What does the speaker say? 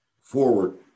forward